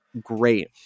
great